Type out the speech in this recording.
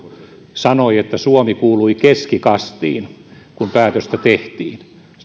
sanoi että suomi kuului keskikastiin kun päätöstä tehtiin